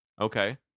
Okay